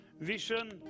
vision